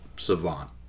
Savant